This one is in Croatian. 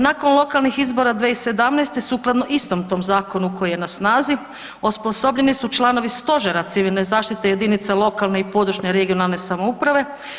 Nakon lokalnih izbora 2017. sukladno istom tom zakonu koji je na snazi osposobljeni su članovi stožera civilne zaštite jedinica lokalne i područne regionalne samouprave.